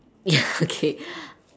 ya okay